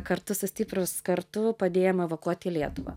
kartu su stiprūs kartu padėjom evakuot į lietuvą